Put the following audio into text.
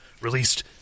Released